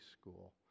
School